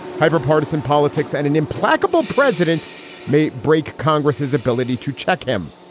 hyper partisan politics and an implacable president may break congress's ability to check him.